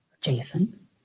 Jason